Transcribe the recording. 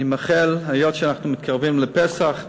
אני מאחל, היות שאנחנו מתקרבים לפסח,